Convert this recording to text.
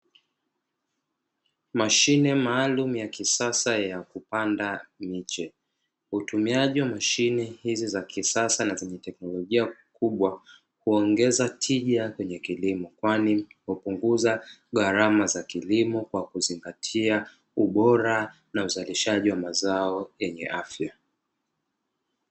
Mashine maalum ya kisasa ya kupanda miche utumiaji wa mashine hizi za kisasa na zenye teknolojia makubwa, kuongeza tija kwenye kilimo kwani mlipopunguza gharama za kilimo, kwa kuzingatia ubora na uzalishaji wa mazao yenye afya.